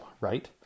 right